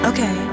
Okay